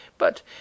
but